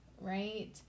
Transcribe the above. right